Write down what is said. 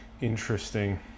Interesting